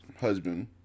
husband